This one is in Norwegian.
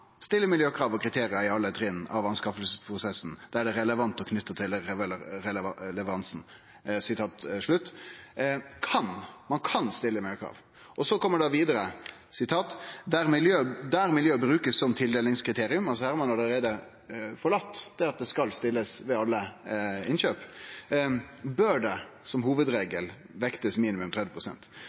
stille miljøkrav og kriterier i alle trinn av anskaffelsesprosessen der det er relevant og knyttet til leveransen.» Ein kan stille miljøkrav. Videre står det: «Der miljø brukes som tildelingskriterium» – her har ein allereie forlate at det skal stillast krav om det ved alle innkjøp – «bør det som hovedregel vektes minimum